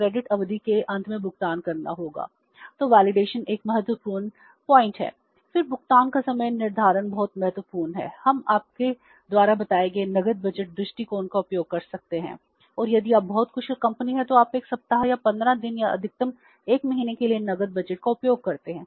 फिर भुगतान का समय निर्धारण बहुत महत्वपूर्ण है हम आपके द्वारा बताए गए नकद बजट दृष्टिकोण का उपयोग कर सकते हैं और यदि आप बहुत कुशल कंपनी हैं तो आप एक सप्ताह या 15 दिन या अधिकतम 1 महीने के लिए नकद बजट का उपयोग करते हैं